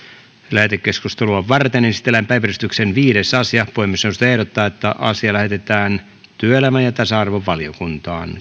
lähetekeskustelua varten esitellään päiväjärjestyksen viides asia puhemiesneuvosto ehdottaa että asia lähetetään työelämä ja tasa arvovaliokuntaan